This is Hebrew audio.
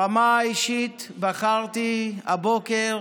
ברמה האישית בחרתי הבוקר